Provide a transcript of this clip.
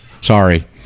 Sorry